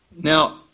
Now